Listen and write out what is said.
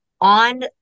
on